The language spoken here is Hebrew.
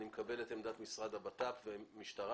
אני מקבל את עמדת המשרד לביטחון פנים והמשטרה.